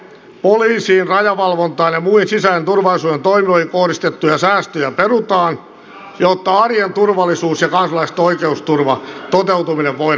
poliisiin rajavalvontaan ja muihin sisäisen turvallisuuden toimijoihin kohdistettuja säästöjä perutaan jotta arjen turvallisuus ja kansalaisten oikeusturvan toteutuminen voidaan varmistaa